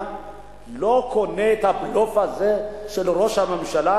לא קונה את הבלוף הזה של ראש הממשלה,